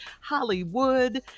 Hollywood